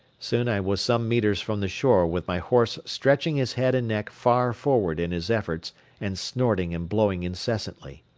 soon i was some metres from the shore with my horse stretching his head and neck far forward in his efforts and snorting and blowing incessantly.